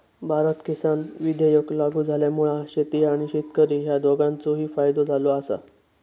भारत किसान विधेयक लागू झाल्यामुळा शेती आणि शेतकरी ह्या दोघांचोही फायदो झालो आसा